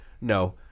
No